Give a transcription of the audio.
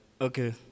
Okay